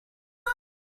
hear